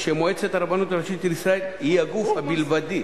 כשמועצת הרבנות הראשית לישראל היא הגוף הבלבדי